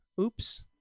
Oops